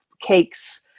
cakes